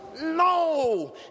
No